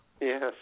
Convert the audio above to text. Yes